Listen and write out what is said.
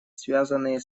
связанные